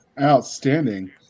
outstanding